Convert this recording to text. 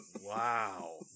Wow